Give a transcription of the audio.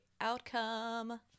Outcome